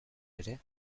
ere